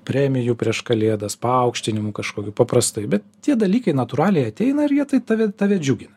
premijų prieš kalėdas paaukštinimų kažkokių paprastai bet tie dalykai natūraliai ateina ir jie tai tave tave džiugina